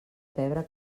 pebre